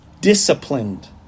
disciplined